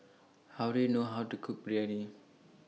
How Do YOU know How to Cook Biryani